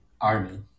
army